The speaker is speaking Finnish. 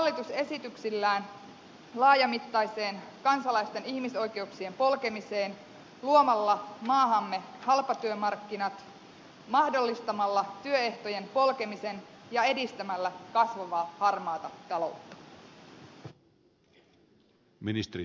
pyrkiikö hallitus esityksillään laajamittaiseen kansalaisten ihmisoikeuksien polkemiseen luomalla maahamme halpatyömarkkinat mahdollistamalla työehtojen polkemisen ja edistämällä kasvavaa harmaata taloutta